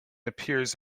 appears